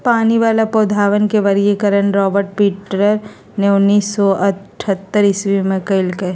पानी वाला पौधवन के वर्गीकरण रॉबर्ट विटकर ने उन्नीस सौ अथतर ईसवी में कइलय